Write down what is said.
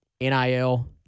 NIL